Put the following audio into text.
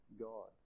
God